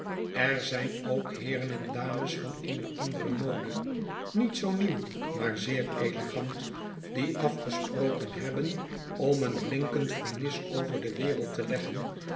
er zijn ook heeren en dames van eene andere mode niet zoo nieuw maar zeer elegant die afgesproken hebben om een blinkend vernis over de wereld te leggen